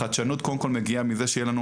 החדשנות מגיעה קודם כול מכך שיהיה לנו